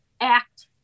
act